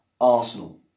Arsenal